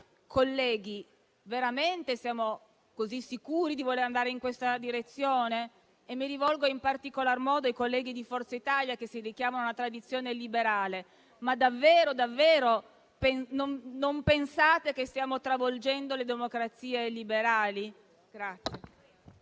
colleghi, siamo veramente così sicuri di voler andare in questa direzione? Mi rivolgo in particolar modo ai colleghi di Forza Italia, che si richiamano alla tradizione liberale: davvero non pensate che stiamo travolgendo le democrazie liberali?